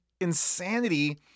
insanity